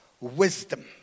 wisdom